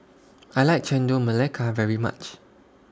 I like Chendol Melaka very much